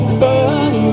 burn